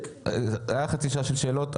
הייתה חצי שעה של שאלות,